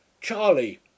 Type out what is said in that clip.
Charlie